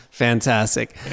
Fantastic